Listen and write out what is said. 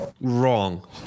wrong